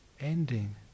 ending